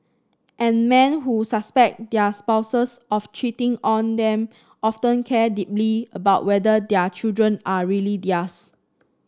and men who suspect their spouses of cheating on them often care deeply about whether their children are really theirs